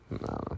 No